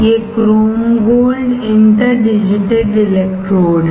ये chrome gold interdigitated electrode हैं